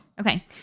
Okay